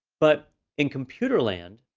but in computer land,